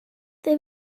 they